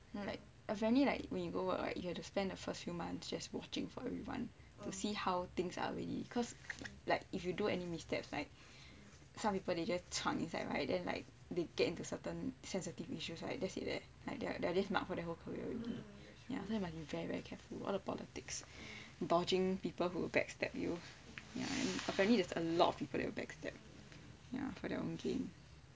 frankly like when you go work right you have to spend the first few months just watching for everyone to see how things are already cause like if you do any missteps some people they just chuang inside right then like they get into certain sensitive issues right that's it leh like they are just marked for their whole career ya you have to be very very careful all the politics dodging people who backstab you ya apparently there's a lot of people that backstab for their own gain